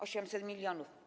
800 mln.